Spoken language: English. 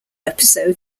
episode